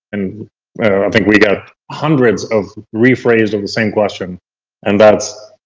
and i think we got hundreds of rephrase of the same question and that's,